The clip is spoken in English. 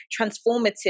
transformative